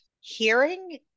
hearing